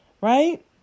right